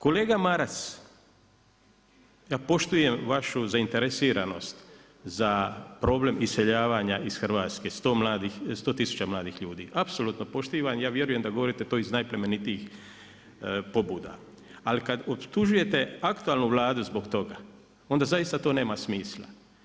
Kolega Maras, ja poštujem vašu zainteresiranost za problem iseljavanja iz Hrvatske, 100 tisuća mladih ljudi, apsolutno poštivam, ja vjerujem da govorite to iz najplemenitijih pobuda, ali kad optužujete aktualnu Vladu zbog toga, onda zaista to nema smisla.